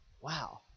wow